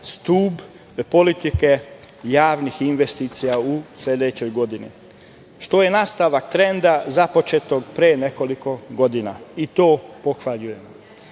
stub politike javnih investicija u sledećoj godini što je nastavak trenda započetog pre nekoliko godina i to pohvaljujem. Započeti